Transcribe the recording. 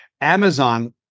Amazon